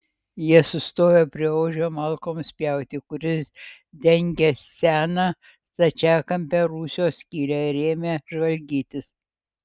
jie sustojo prie ožio malkoms pjauti kuris dengė seną stačiakampę rūsio skylę ir ėmė žvalgytis